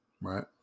right